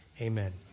amen